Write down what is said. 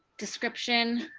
description.